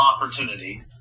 opportunity